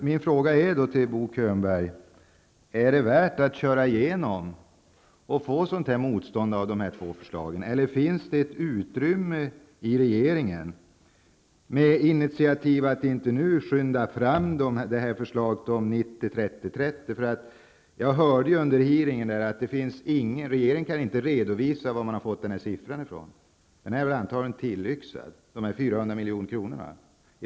Min fråga till Bo Könberg är: Är det värt att köra igenom de två förslagen trots ett sådant här motstånd? Eller finns det utrymme i regeringen för initiativ till att inte nu skynda fram förslaget om 90 30-30? Jag hörde under hearingen att regeringen inte kan redovisa varifrån man har fått summan 400 milj.kr.